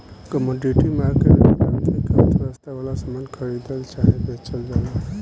commodity market में प्राथमिक अर्थव्यवस्था वाला सामान खरीदल चाहे बेचल जाला